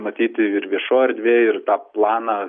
matyti ir viešoj erdvėj ir tą planą